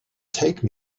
take